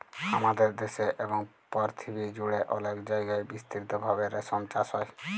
হামাদের দ্যাশে এবং পরথিবী জুড়ে অলেক জায়গায় বিস্তৃত ভাবে রেশম চাস হ্যয়